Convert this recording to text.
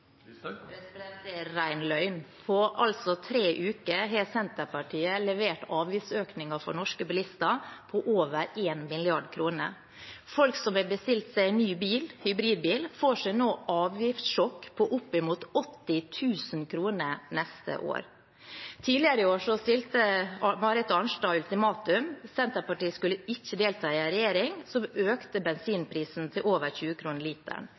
Det blir oppfølgingsspørsmål – Sylvi Listhaug. Det er ren løgn. På tre uker har Senterpartiet altså levert avgiftsøkninger for norske bilister på over 1 mrd. kr. Folk som har bestilt seg ny bil, hybridbil, får seg nå et avgiftssjokk på oppimot 80 000 kr neste år. Tidligere i år stilte Marit Arnstad ultimatum: Senterpartiet skulle ikke delta i en regjering som økte bensinprisen til